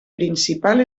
principal